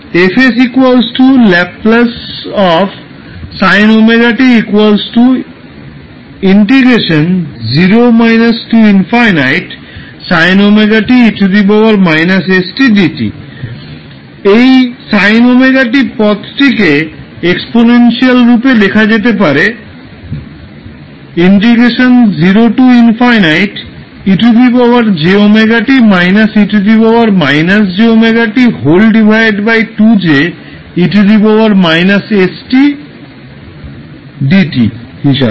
𝐹 𝑠 ℒ sin 𝑤𝑡 এই sin ωt পদটিকে exponential রূপে লেখা যেতে পারে হিসেবে